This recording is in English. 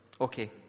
Okay